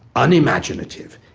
unimaginative,